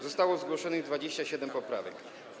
Zostało zgłoszonych 27 poprawek.